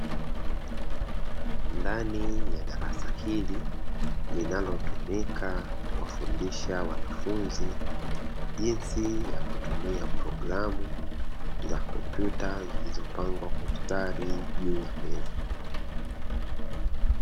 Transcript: Ndani ya darasa hili, linalotumika kuwafundisha wanafunzi jinsi ya kutumia programu za kompyuta, zilizopangwa kwa mstari juu ya meza.